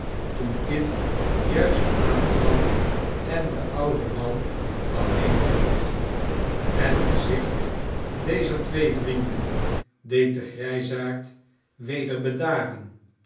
toen kit juist aankwam en den ouden man alleen vond het gezicht dezer twee vrienden deed den grijsaard weder bedaren